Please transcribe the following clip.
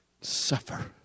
suffer